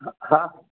ह हा